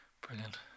Brilliant